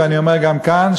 ואני אומר גם כאן,